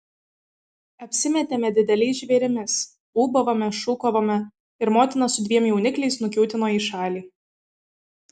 apsimetėme dideliais žvėrimis ūbavome šūkavome ir motina su dviem jaunikliais nukiūtino į šalį